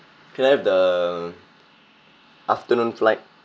can I have the afternoon flight